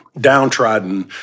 downtrodden